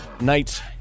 night's